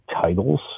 titles